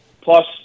Plus